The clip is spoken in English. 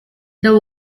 the